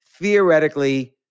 theoretically